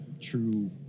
true